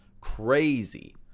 crazy